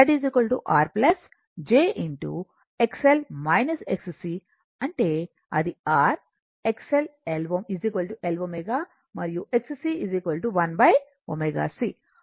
XL L ω మరియు Xc 1ω C